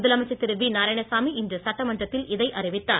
முதலமைச்சர் திரு வி நாராயணசாமி இன்று சட்டமன்றத்தில் இதை அறிவித்தார்